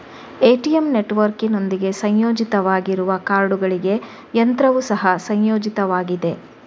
ATM ನೆಟ್ವರ್ಕಿನೊಂದಿಗೆ ಸಂಯೋಜಿತವಾಗಿರುವ ಕಾರ್ಡುಗಳಿಗೆ ಯಂತ್ರವು ಸಹ ಸಂಯೋಜಿತವಾಗಿದೆ